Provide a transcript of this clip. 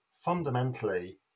fundamentally